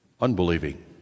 unbelieving